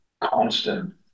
constant